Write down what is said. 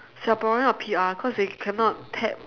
singaporean or P_R cause they cannot tap